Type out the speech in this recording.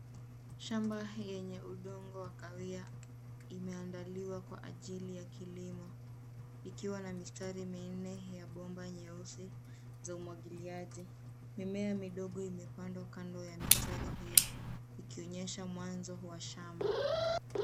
Shamba lenye udongo wa kahawia imeandaliwa kwa ajili ya kilimo ikiwa na mistari minne ya bomba nyeusi za umwangiliaji. Mimea midogo imepandwa kando ya mistari hiyo ikionyesha mwanzo wa shamba.